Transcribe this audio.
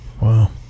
wow